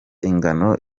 ingano